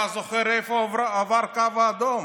אתה זוכר איפה עבר הקו האדום?